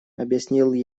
объяснил